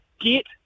get